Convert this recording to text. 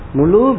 Mulu